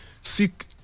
seek